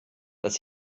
dass